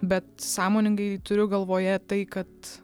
bet sąmoningai turiu galvoje tai kad